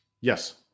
Yes